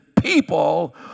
people